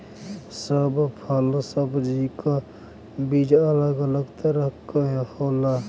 सब फल सब्जी क बीज अलग अलग तरह क होला